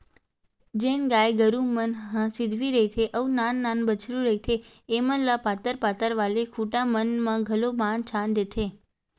जेन गाय गरु मन ह सिधवी रहिथे अउ नान नान बछरु रहिथे ऐमन ल पातर पातर वाले खूटा मन म घलोक बांध छांद देथे